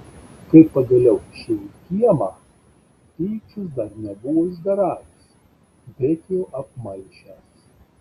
kai pagaliau išėjo į kiemą pyktis dar nebuvo išgaravęs bet jau apmalšęs